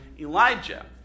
Elijah